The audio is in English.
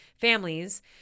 families